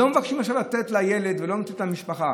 לא מבקשים עכשיו לתת לילד ולא לתת למשפחה,